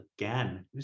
again